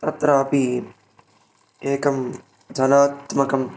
अत्रापि एकं जनात्मकं